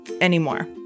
anymore